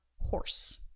horse